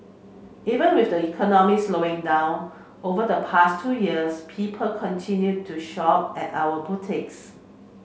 even with the economy slowing down over the past two years people continued to shop at our boutiques